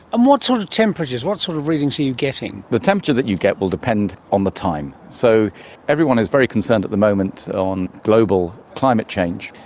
and what sort of temperatures, what sort of readings are you getting? the temperature that you get will depend on the time. so everyone is very concerned at the moment on global climate change,